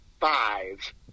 five